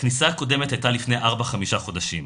"הכניסה הקודמת הייתה לפני ארבעה-חמישה חודשים,